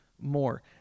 more